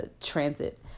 transit